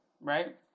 right